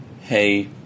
Hey